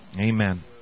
Amen